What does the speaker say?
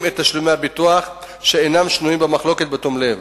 את תשלומי הביטוח שאינם שנויים במחלוקת בתום לב,